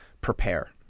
prepare